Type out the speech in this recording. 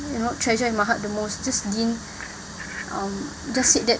you know treasure in my heart the most just didn't um just said that